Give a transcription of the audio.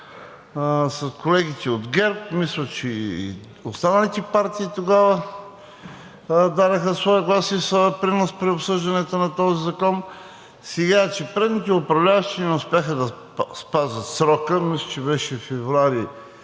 с колегите от ГЕРБ. Мисля, че и останалите партии тогава дадоха своя глас и принос при обсъждането на този закон. Сега, че предните управляващи не успяха да спазят срока, мисля, че беше февруари